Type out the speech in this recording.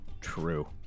True